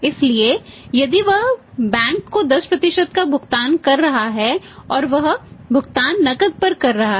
इसलिए यदि वह बैंक को 10 का भुगतान कर रहा है और वह भुगतान नकद पर कर रहा है